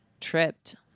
Tripped